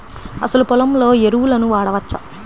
అసలు పొలంలో ఎరువులను వాడవచ్చా?